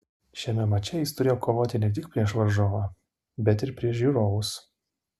šiame mače jis turėjo kovoti ne tik prieš varžovą bet ir prieš žiūrovus